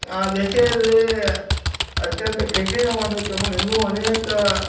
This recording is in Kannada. ಆ ದೆಸೆಯಲ್ಲಿ ಅತ್ಯಂತ ಕಠಿಣವಾದ ಕ್ರಮ ಇನ್ನು ಅನೇಕ